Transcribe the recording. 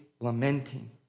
lamenting